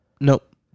Nope